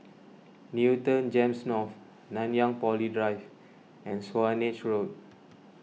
Newton Gems North Nanyang Poly Drive and Swanage Road